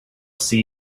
see